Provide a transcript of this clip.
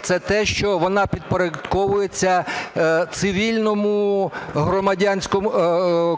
це те, що вона підпорядковується цивільному, громадянському,